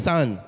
Son